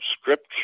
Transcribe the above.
Scripture